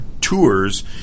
tours